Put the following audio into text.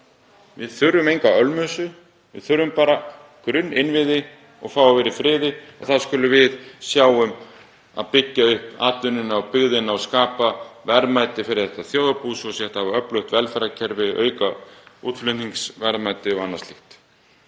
Við þurfum enga ölmusu. Við þurfum bara grunninnviði. Við þurfum að fá að vera í friði og þá skulum við sjá um að byggja upp atvinnuna og byggðina og skapa verðmæti fyrir þetta þjóðarbú svo að hægt sé að hafa öflugt velferðarkerfi, auka útflutningsverðmæti og annað slíkt.